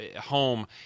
home